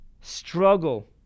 struggle